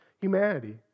humanity